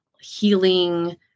healing